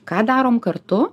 ką darom kartu